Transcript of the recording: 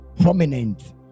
prominent